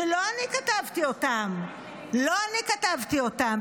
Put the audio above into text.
שלא אני כתבתי אותם, לא אני כתבתי אותם.